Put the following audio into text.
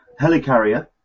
helicarrier